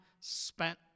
spent